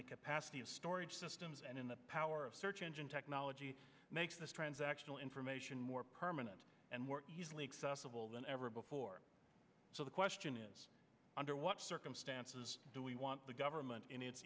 the capacity of storage systems and in the power of search engine technology makes this transactional information more permanent and more easily accessible than ever before so the question is under what circumstances do we want the government in it